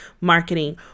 marketing